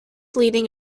leading